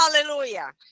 Hallelujah